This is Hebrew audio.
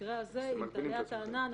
אם תעלה הטענה,